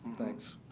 thanks.